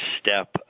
step